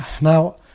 Now